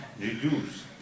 reduce